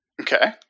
Okay